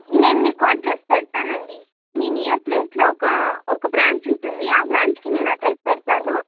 నేను మీకు అడ్రస్ పెడతానండి మీ నియర్ ప్లేస్లో ఒక ఒక బ్రాంచ్ ఉంటుంది ఆ బ్రాంచ్కి నేను అడ్రస్ పెడతాను